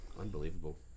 unbelievable